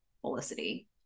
Felicity